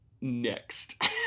Next